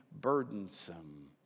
burdensome